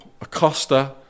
acosta